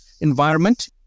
environment